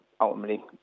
ultimately